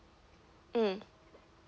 mm